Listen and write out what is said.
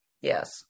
Yes